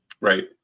Right